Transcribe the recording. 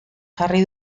jarri